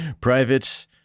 private